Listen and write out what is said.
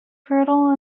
fertile